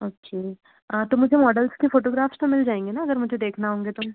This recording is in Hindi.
अच्छा तो मुझे मॉडल्स के फ़ोटोग्राफ़्स तो मिल जाएँगे ना अगर मुझे देखना होंगे तो